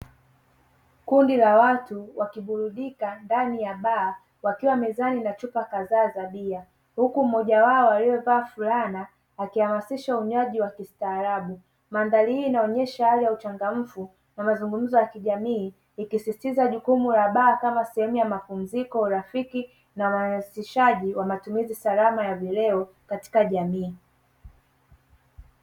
Kundi la watu wakiburudika ndani ya baa wakiwa mezani na chupa kadhaa za bia huku mmoja wao aliyevaa fulana, akihamasisha unywaji wa kistaarabu, mandhari hii inaonyesha hali ya uchangamfu na mazungumzo ya kijamii, ikisisitiza baa kama sehemu ya mapumziko rafiki na uhamasishaji wa matumizi salama ya vileo katika jamii.